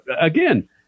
again